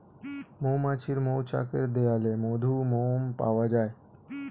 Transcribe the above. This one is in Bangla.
মৌমাছির মৌচাকের দেয়ালে মধু, মোম পাওয়া যায়